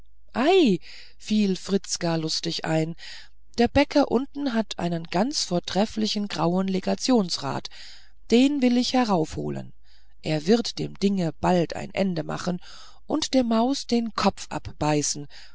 fiel fritz ganz lustig ein der bäcker unten hat einen ganz vortrefflichen grauen legationsrat den will ich heraufholen er wird dem dinge bald ein ende machen und der maus den kopf abbeißen